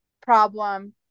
problem